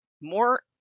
more